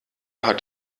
hat